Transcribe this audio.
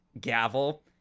Gavel